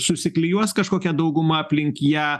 susiklijuos kažkokia dauguma aplink ją